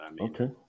Okay